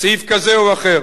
סעיף כזה או אחר.